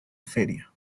feria